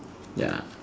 ya